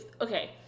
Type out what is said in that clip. Okay